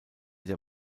der